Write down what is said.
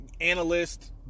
analyst